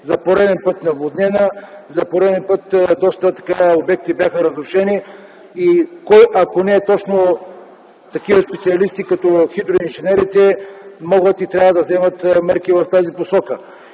за пореден път беше наводнена, за пореден път бяха разрушени доста обекти. И кой, ако не точно такива специалисти като хидроинженерите, могат и трябва да вземат мерки в тази посока.